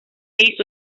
hizo